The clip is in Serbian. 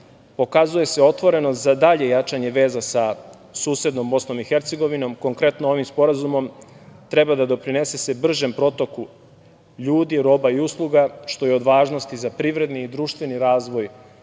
pokazuje se otvorenost za dalje jačanje veza sa susednom Bosnom i Hercegovinom, konkretno ovim sporazumom treba da se doprinese bržem protoku ljudi, roba i usluga, što je od važnosti za privredni i društveni razvoj